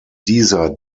dieser